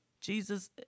Jesus